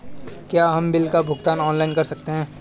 क्या हम बिल का भुगतान ऑनलाइन कर सकते हैं?